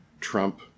Trump